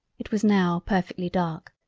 it was now perfectly dark,